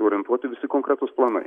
orientuoti visi konkretūs planai